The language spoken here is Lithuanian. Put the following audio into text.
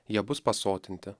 jie bus pasotinti